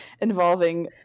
involving